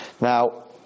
Now